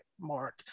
mark